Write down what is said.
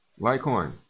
Litecoin